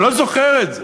אני לא זוכר את זה.